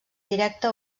directe